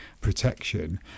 protection